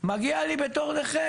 מגיע לי בתור נכה,